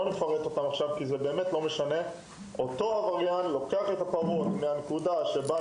אותו עבריין לקח את הפרות מהנקודה שאליה